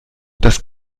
das